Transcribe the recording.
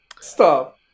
Stop